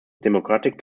democratic